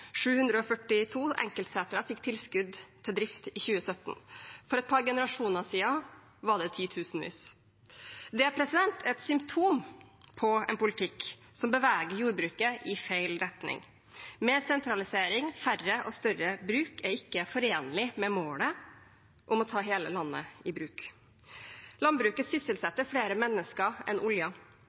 742 enkeltsetre fikk tilskudd til drift i 2017. For et par generasjoner siden var det titusenvis. Det er et symptom på en politikk som beveger jordbruket i feil retning. Sentralisering og færre og større bruk er ikke forenlig med målet om å ta hele landet i bruk. Landbruket sysselsetter flere mennesker enn oljen.